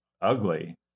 ugly